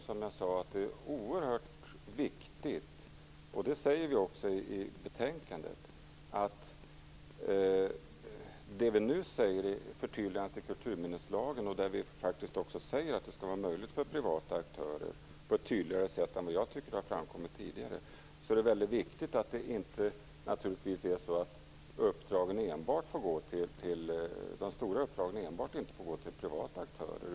Som jag sade, och som vi också säger i betänkandet, framhåller vi i förtydligandet till kulturminneslagen på ett tydligare sätt än vad framkommit tidigare att de stora uppdragen inte enbart får gå till privata aktörer.